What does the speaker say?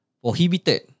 prohibited